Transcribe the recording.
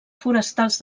forestals